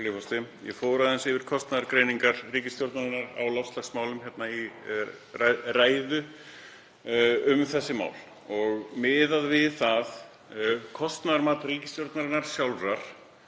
Ég fór aðeins yfir kostnaðargreiningar ríkisstjórnarinnar í loftslagsmálum í ræðu um þessi mál. Miðað við kostnaðarmat ríkisstjórnarinnar sjálfrar